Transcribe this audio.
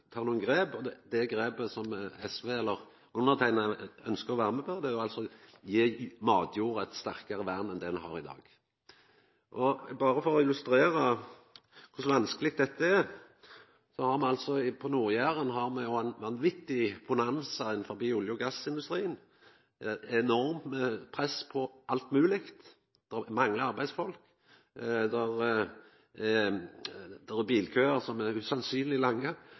grep, og det grepet som SV ønskjer å vera med på, er å gje matjorda eit sterkare vern enn ho har i dag. Berre for å illustrera kor vanskeleg dette er: Me har på Nord-Jæren ein vanvitig bonanza innan olje- og gassindustrien. Det er eit enormt press på alt mogleg. Det manglar arbeidsfolk, det er bilkøar som er usannsynleg lange, og det er eit press på matjorda for å få bygd ut fleire bustader. Seinast i dagens Stavanger Aftenblad er